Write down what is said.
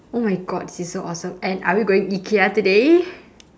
oh my god this is so awesome and are we going ikea today